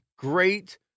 Great